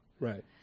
right